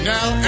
Now